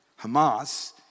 Hamas